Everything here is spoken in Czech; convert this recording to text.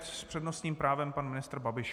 S přednostním právem pan ministr Babiš.